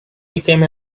became